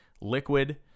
liquid